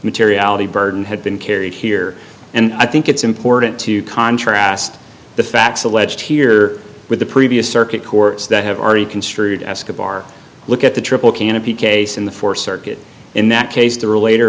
materiality burden had been carried here and i think it's important to contrast the facts alleged here with the previous circuit courts that have already construed ask a bar look at the triple canopy case in the fourth circuit in that case th